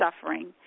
suffering